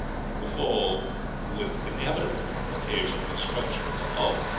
the fall would inevitable occasion the destruction of the hull,